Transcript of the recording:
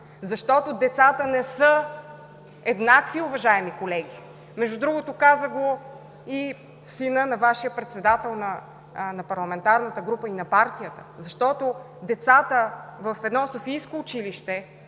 Защото децата не са еднакви, уважаеми колеги. Между другото каза го и синът на Вашия Председател на парламентарната група и на партията. Защото децата в едно софийско училище